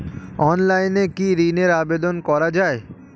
অনলাইনে কি ঋনের আবেদন করা যায়?